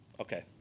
Okay